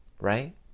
right